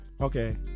Okay